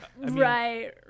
Right